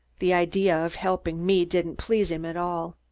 the idea of helping me didn't please him at all.